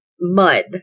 mud